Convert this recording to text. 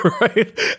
right